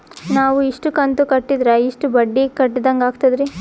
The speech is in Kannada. ನಾವು ಇಷ್ಟು ಕಂತು ಕಟ್ಟೀದ್ರ ಎಷ್ಟು ಬಡ್ಡೀ ಕಟ್ಟಿದಂಗಾಗ್ತದ್ರೀ?